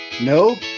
No